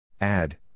Add